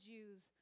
Jews